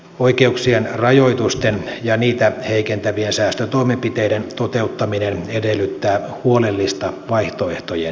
oikeuksien rajoitusten ja niitä heikentävien säästötoimenpiteiden toteuttaminen edellyttää huolellista vaihtoehtojen selvittämistä